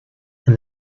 and